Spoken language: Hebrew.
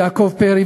של יעקב פרי,